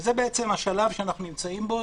וזה השלב שאנחנו נמצאים פה,